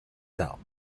dealt